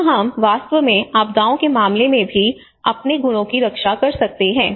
जहां हम वास्तव में आपदाओं के मामले में भी अपने गुणों की रक्षा कर सकते हैं